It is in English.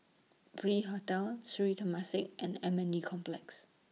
V Hotel Sri Temasek and M N D Complex